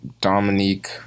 Dominique